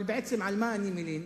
אבל בעצם, על מה אני מלין?